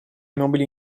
mobili